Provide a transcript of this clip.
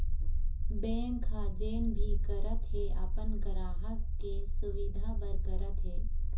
bank ह जेन भी करत हे अपन गराहक के सुबिधा बर करत हे